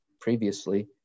previously